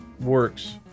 works